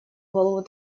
голову